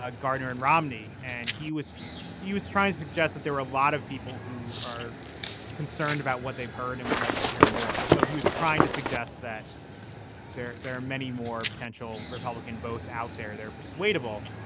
ah gardner and romney. and he was he was trying to suggest that there were a lot of people who are concerned about what they've heard and would like to hear more. so he was trying to suggest that there there are many more potential republican votes out there. they're persuadable.